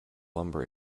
lumber